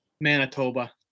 Manitoba